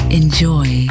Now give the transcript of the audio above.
enjoy